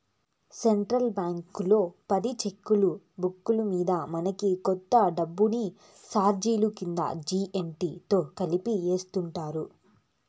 state బ్యాంకీలో పది సెక్కులున్న బుక్కు మింద మనకి కొంత దుడ్డుని సార్జిలు కింద జీ.ఎస్.టి తో కలిపి యాస్తుండారు